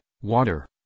water